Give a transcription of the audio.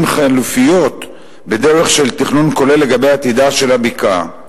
חלופיות בדרך של תכנון כולל לגבי עתידה של הבקעה.